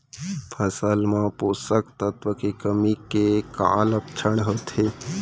फसल मा पोसक तत्व के कमी के का लक्षण होथे?